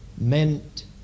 meant